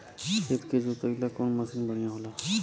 खेत के जोतईला कवन मसीन बढ़ियां होला?